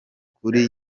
kuri